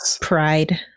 pride